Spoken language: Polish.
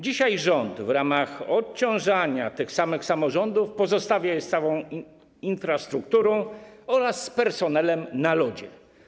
Dzisiaj rząd w ramach odciążania tych samych samorządów pozostawia je z całą infrastrukturą oraz z personelem na lodzie.